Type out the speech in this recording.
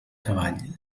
cavall